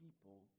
people